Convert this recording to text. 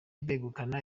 begukana